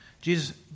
Jesus